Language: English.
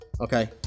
Okay